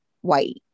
white